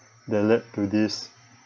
that lead to this